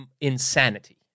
insanity